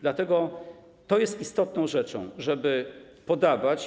Dlatego jest istotną rzeczą, żeby podawać.